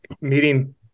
meeting